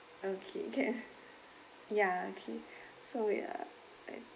okay can ya okay so wait ah I